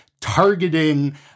targeting